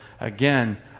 Again